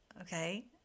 okay